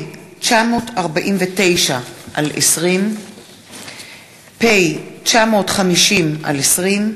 התשע"ה 2015, פ/919/20,